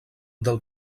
del